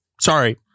Sorry